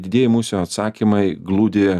didieji mūsų atsakymai glūdi